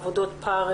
עבודות פרך